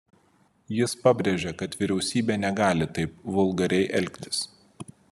jis pabrėžė kad vyriausybė negali taip vulgariai elgtis